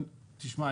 תשמע,